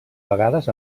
vegades